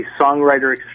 songwriter